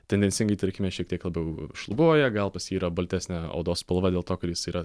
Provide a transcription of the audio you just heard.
tendencingai tarkime šiek tiek labiau šlubuoja gal pas jį yra baltesnė odos spalva dėl to kad jis yra